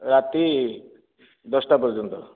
ରାତି ଦଶଟା ପର୍ଯ୍ୟନ୍ତ